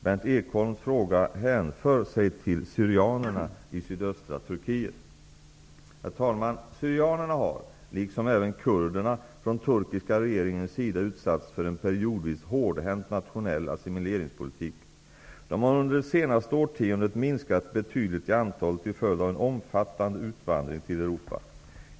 Berndt Ekholms fråga hänför sig till syrianerna i sydöstra Turkiet. Herr talman! Syrianerna har, liksom även kurderna, från turkiska regeringens sida utsatts för en periodvis hårdhänt nationell asssimileringspolitik. De har under det senaste årtiondet minskat betydligt i antal till följd av en omfattande utvandring till Europa.